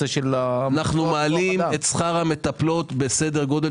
אנו מעלים את שכר המטפלות בסדר גודל